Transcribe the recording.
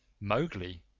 Mowgli